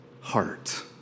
heart